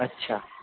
अच्छा